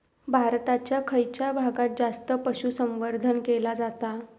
भारताच्या खयच्या भागात जास्त पशुसंवर्धन केला जाता?